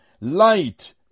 light